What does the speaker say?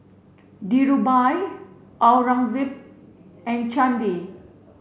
Dhirubhai Aurangzeb and Chandi